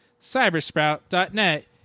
Cybersprout.net